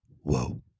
Whoa